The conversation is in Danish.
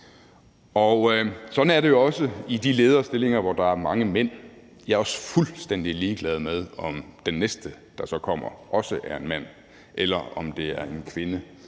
Sådan er det jo også i de lederstillinger, hvor der er mange mænd. Jeg er også fuldstændig ligeglad med, om den næste, der så kommer, også er en mand, eller om det er en kvinde,